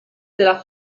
della